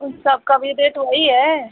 उन सबका भी रेट वही है